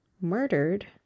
murdered